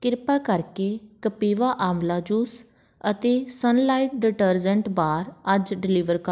ਕਿਰਪਾ ਕਰਕੇ ਕਪਿਵਾ ਆਂਵਲਾ ਜੂਸ ਅਤੇ ਸੰਨ ਲਾਈਟ ਡਿਟਰਜੈਂਟ ਬਾਰ ਅੱਜ ਡਿਲੀਵਰ ਕਰ ਦਿਓ